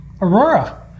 Aurora